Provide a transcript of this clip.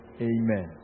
Amen